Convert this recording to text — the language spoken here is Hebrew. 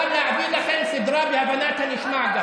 אני מוכן גם להעביר לכם סדרה בהבנת הנשמע.